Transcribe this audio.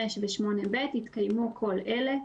5 ו-8(ב) יתקיימו כל אלה: